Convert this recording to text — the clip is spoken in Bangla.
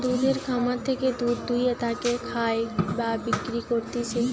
দুধের খামার থেকে দুধ দুয়ে তাকে খায় বা বিক্রি করতিছে